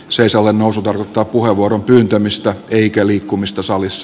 seisovan nousu tarttui puheenvuoropyyntömista eikä liikkumista saalis